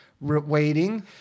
waiting